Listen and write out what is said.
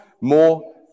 more